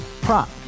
Prop